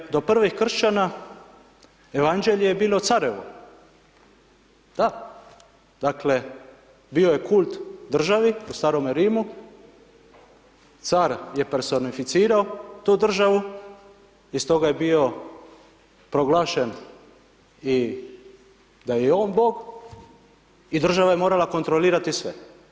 Jer do prvih kršćana Evanđelje je bilo carevo, da, dakle bio je kult državi u Starome Rimu, car je personificirao tu državu, i stoga je bio proglašen da je i on bog i država je morala kontrolirati sve.